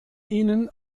ihnen